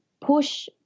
push